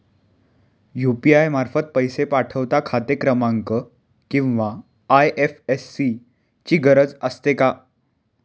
UPI मार्फत पैसे पाठवता खाते क्रमांक किंवा आय.एफ.एस.सी ची गरज असते का?